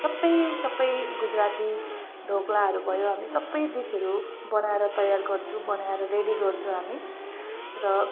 सबै सबै गुजराती ढोक्लाहरू भयो र हामी सबै डिसहरू बनाएर तयार गर्छु बनाएर रेडी गर्छौँ हामी र